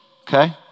okay